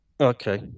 okay